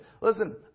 Listen